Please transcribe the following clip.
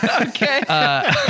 Okay